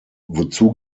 wozu